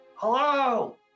Hello